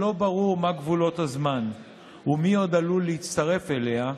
כשלא ברור מה גבולות הזמן ומי עוד עלול להצטרף אליה,